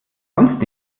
sonst